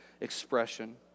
expression